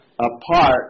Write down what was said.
apart